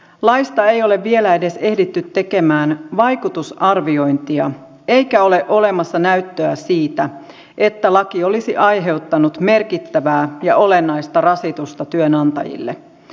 laista ei ole vielä ehditty tekemään edes vaikutusarviointia eikä ole olemassa näyttöä siitä että laki olisi aiheuttanut merkittävää ja olennaista rasitusta työnantajille